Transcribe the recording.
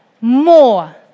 more